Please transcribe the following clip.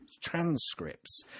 Transcripts